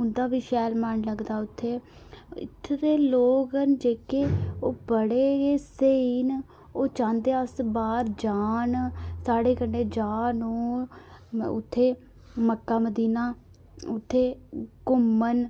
उंदा बी मन लगदा उत्थै इत्थै दे लोक ना जेहके ओह् बड़े गे स्हेई न ओह् चांहदे अस बाहर जाहन साढ़े कन्नै जाह्न ओह् उत्थै मक्का मदीना उत्थै घूमन